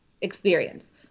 experience